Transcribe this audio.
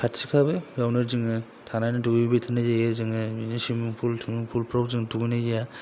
खथिखाबो बेयावनो जोङो थानानै दुगैबाय थानाय जायो जोङो बिदिनो सुइमिंपुल थुइमिंफुलफ्राव जों दुगैनाय जाया